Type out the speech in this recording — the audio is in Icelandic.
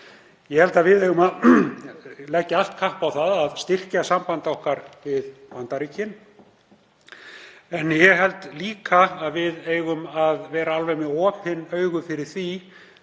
Ég held að við eigum að leggja allt kapp á að styrkja samband okkar við Bandaríkin. En ég held líka að við eigum að vera með opin augu fyrir því